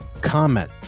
comment